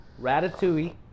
Ratatouille